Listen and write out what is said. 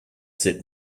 sit